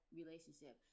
relationship